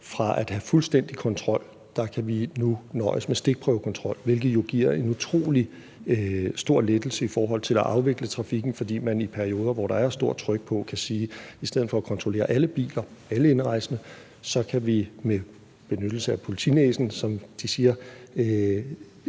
fra at have fuldstændig kontrol til at sige, at vi nu kan nøjes med stikprøvekontrol, hvilket jo giver en utrolig stor lettelse i forhold til at afvikle trafikken, fordi man i perioder, hvor der er stort tryk på, kan sige, at i stedet for at kontrollere alle biler, alle indrejsende kan vi med benyttelse af politinæsen, som de siger,